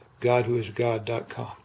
GodWhoisGod.com